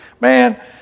Man